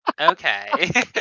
Okay